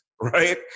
right